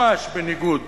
ממש בניגוד